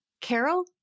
Carol